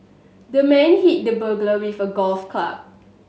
the man hit the burglar with a golf club